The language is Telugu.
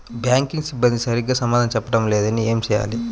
బ్యాంక్ సిబ్బంది సరిగ్గా సమాధానం చెప్పటం లేదు ఏం చెయ్యాలి?